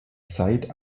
zeit